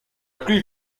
pluie